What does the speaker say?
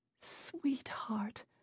Sweetheart